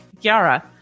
Yara